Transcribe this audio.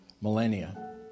millennia